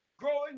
growing